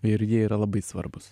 ir jie yra labai svarbūs